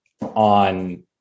on